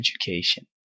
education